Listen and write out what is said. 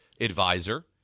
advisor